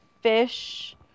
fish